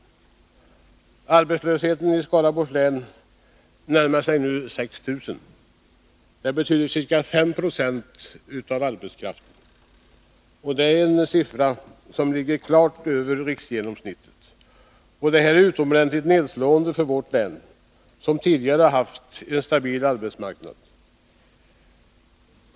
Antalet arbetslösa i Skaraborgs län närmar sig nu 6 000, vilket betyder att ca 5 Zo av arbetskraften går utan arbete. Det är en siffra som ligger klart över riksgenomsnittet. Det här är utomordentligt nedslående för vårt län, som tidigare haft en stabil arbetsmarknad.